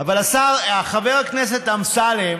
אבל חבר הכנסת אמסלם